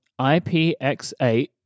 IPX8